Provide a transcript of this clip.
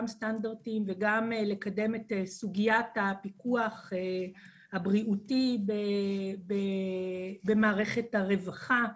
סטנדרטים וגם לקדם את סוגיית הפיקוח הבריאותי במערכת הרווחה.